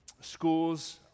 Schools